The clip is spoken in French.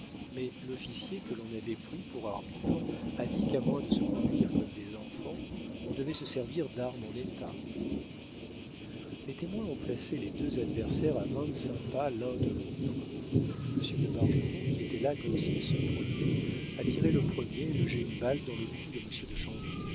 mais l'officier que l'on avait pris pour arbitre a dit qu'à moins de se conduire comme des enfants on devait se servir d'armes en état les témoins ont placé les deux adversaires à vingt-cinq pas l'un de l'autre monsieur de bargeton qui était là comme s'il se promenait a tiré le premier et logé une balle dans le cou de monsieur de